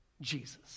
Jesus